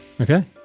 Okay